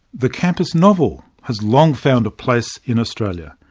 the campus novel has long found a place in australia.